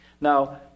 Now